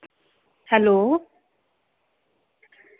hello